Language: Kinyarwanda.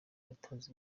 yatanze